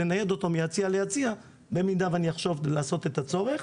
לנייד אותו מיציע ליציע במידה ואני אחשוב לעשות את הצורך.